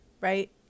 right